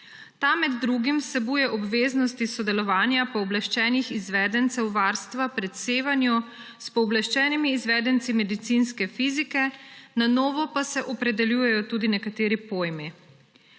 Ta med drugim vsebuje obveznosti sodelovanja pooblaščenih izvedencev varstva pred sevanji s pooblaščenimi izvedenci medicinske fizike, na novo pa se opredeljujejo tudi nekateri pojmi.